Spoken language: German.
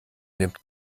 nimmt